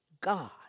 God